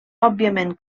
òbviament